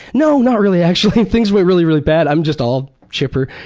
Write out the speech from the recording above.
no, not really actually. things went really really bad. i'm just all chipper.